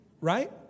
Right